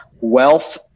wealth